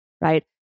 right